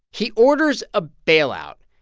he orders a bailout.